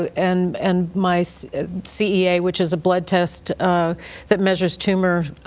and and my c c e a, which is a blood test that measures tumor,